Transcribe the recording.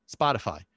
Spotify